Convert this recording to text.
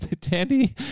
Tandy